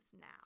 now